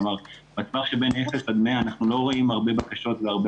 כלומר בטווח שבין אפס עד מאה אנחנו לא רואים הרבה בקשות והרבה